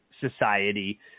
society